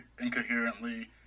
incoherently